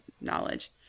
knowledge